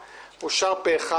אושר פה אחד.